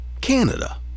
Canada